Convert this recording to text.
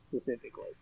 specifically